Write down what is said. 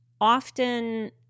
Often